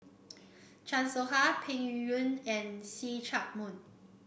Chan Soh Ha Peng Yuyun and See Chak Mun